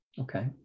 Okay